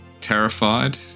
terrified